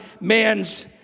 man's